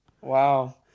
Wow